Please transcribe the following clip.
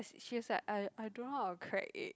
she was like I I don't know how to crack egg